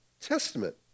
Testament